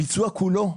הביצוע כולו,